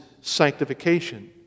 sanctification